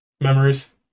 Memories